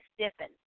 stiffened